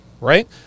Right